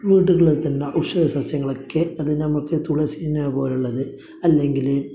വീട്ടിൽ വളർത്തുന്ന ഔഷധ സസ്യങ്ങളൊക്കെ അത് നമ്മൾക്ക് തുളസിയെ പോലുള്ളത് അല്ലെങ്കിൽ